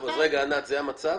ענת, זה המצב?